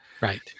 Right